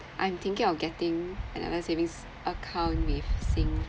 I'm thinking of getting another savings account with